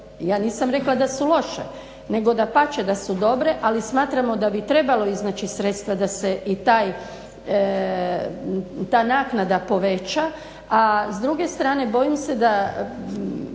ja nisam rekla da su loše nego dapače da su dobre ali smatramo da bi trebalo iznaći sredstva da se i ta naknada poveća. A s druge strane bojim se da